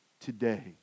Today